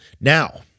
Now